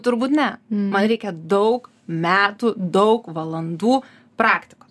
turbūt ne man reikia daug metų daug valandų praktikos